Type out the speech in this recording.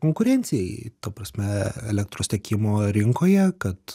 konkurencijai ta prasme elektros tiekimo rinkoje kad